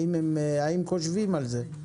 האם חושבים על זה?